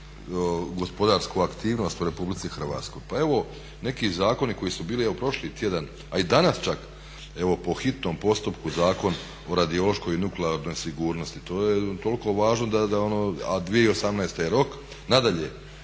gospodarsku aktivnost u Republici Hrvatskoj. Pa evo neki zakoni koji su bili prošli tjedan, a i danas čak po hitnom postupku Zakon o radiološkoj i nuklearnoj sigurnosti, to je toliko važno a 2018. je rok. Nadalje,